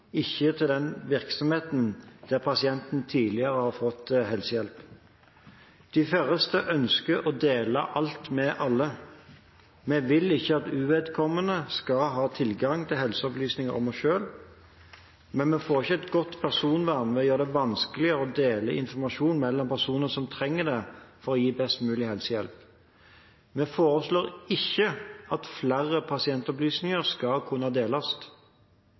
ikke til den virksomheten der pasienten tidligere har fått helsehjelp. De færreste ønsker å dele alt med alle. Vi vil ikke at uvedkommende skal ha tilgang til helseopplysninger om oss selv. Men vi får ikke et godt personvern ved å gjøre det vanskelig å dele informasjon mellom personer som trenger det, for å gi best mulig helsehjelp. Vi foreslår ikke at flere pasientopplysninger skal kunne deles.